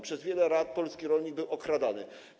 Przez wiele lat polski rolnik był okradany.